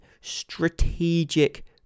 strategic